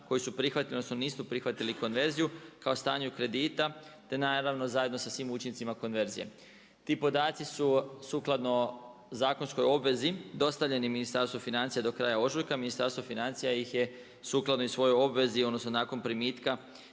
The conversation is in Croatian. koji su prihvatili, odnosno nisu prihvatili konverziju kao stanje kredita te naravno zajedno sa svim učincima konverzije. Ti podaci su sukladno zakonskoj obvezi dostavljeni Ministarstvu financija do kraja ožujka. Ministarstvo financija ih je sukladno i svojoj obvezi, odnosno nakon primitka